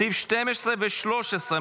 סעיפים 12 ו-13,